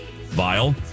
Vile